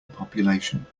population